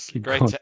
great